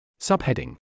Subheading